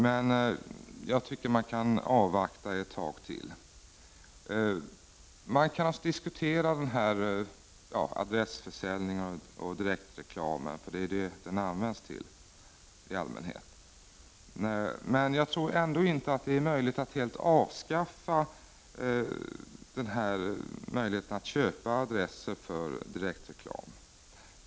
Men jag tycker att man kan avvakta ett tag till. Man kan naturligtvis diskutera adressförsäljningen och direktreklamen — det är ju vad den används till i allmänhet — men jag tror inte att det är möjligt att helt avskaffa försäljningen av adresser.